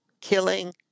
killing